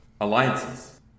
Alliances